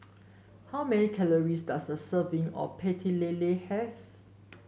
how many calories does a serving of lele have